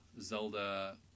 Zelda